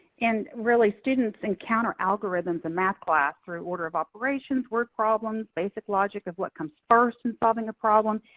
and really, students encounter algorithms in math class through order of operations, work problems, basic logic of what comes first in solving a problem,